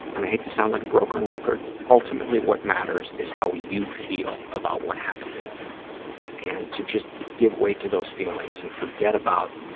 and i hate to sound like a broken record, ultimately what matters is how you feel about what happened and to just give weight to those feelings and forget about